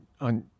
on